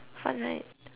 fun right